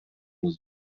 was